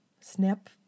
snap